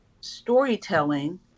storytelling